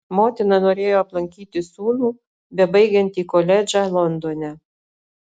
motina norėjo aplankyti sūnų bebaigiantį koledžą londone